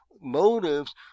motives